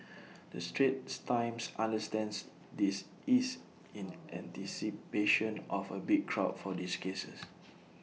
the straits times understands this is in anticipation of A big crowd for these cases